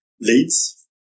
leads